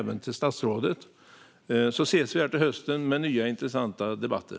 Vi ses till hösten i nya, intressanta debatter!